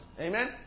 Amen